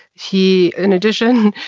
he, in addition,